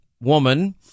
woman